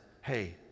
hey